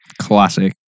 Classic